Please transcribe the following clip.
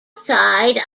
side